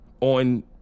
on